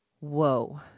Whoa